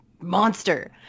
monster